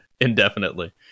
indefinitely